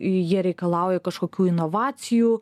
jie reikalauja kažkokių inovacijų